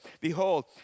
Behold